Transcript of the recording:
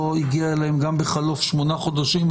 הגיעה אליהן גם בחלוף שמונה חודשים,